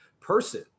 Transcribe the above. person